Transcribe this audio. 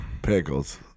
pickles